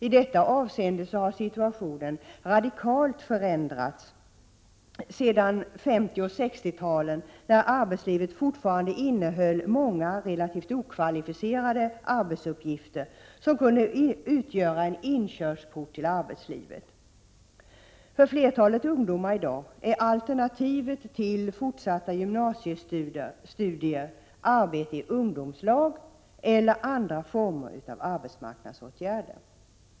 I detta avseende har situationen radikalt förändrats sedan 50 och 60-talen, när arbetslivet fortfarande innehöll många relativt okvalificerade arbetsuppgifter som kunde utgöra en inkörsport för ungdomar i arbetslivet. För flertalet ungdomar i dag är alternativet till fortsatta gymnasiestudier arbete i ungdomslag eller andra former av arbetsmarknadsåtgärder.